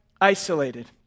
isolated